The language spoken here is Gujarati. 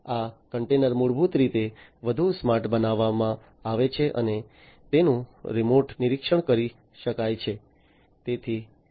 આ કન્ટેનર મૂળભૂત રીતે વધુ સ્માર્ટ બનાવવામાં આવે છે અને તેનું રિમોટલી નિરીક્ષણ કરી શકાય છે